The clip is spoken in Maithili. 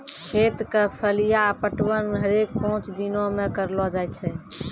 खेत क फलिया पटवन हरेक पांच दिनो म करलो जाय छै